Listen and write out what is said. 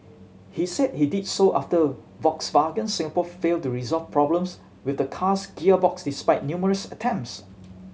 he said he did so after Volkswagen Singapore failed to resolve problems with the car's gearbox despite numerous attempts